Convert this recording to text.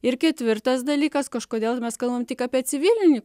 ir ketvirtas dalykas kažkodėl mes kalbam tik apie civilinį